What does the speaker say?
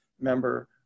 member